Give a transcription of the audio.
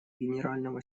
генерального